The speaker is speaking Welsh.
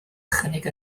chynnig